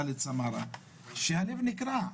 חאלד סמרה והלב נקרע.